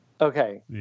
Okay